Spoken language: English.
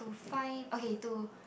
fine okay to